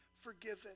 forgiven